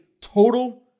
total